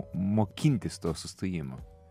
mokintis to sustojimo